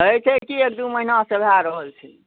होइ छै की एक दू महीना से भऽ रहल छै